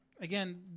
again